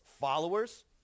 followers